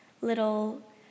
little